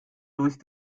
durch